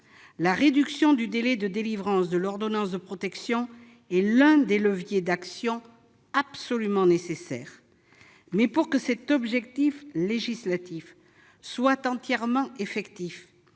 La réduction du délai de délivrance de l'ordonnance de protection est l'un des leviers d'action absolument nécessaires. Pour que cet objectif législatif soit entièrement effectif,